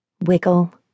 Wiggle